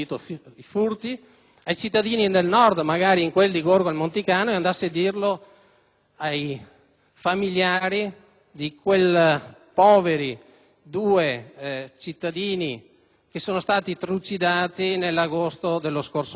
ai familiari di quella povera coppia di coniugi che sono stati trucidati nell'agosto dello scorso anno. Ecco, credo sia finito il tempo della sterile demagogia; si pensi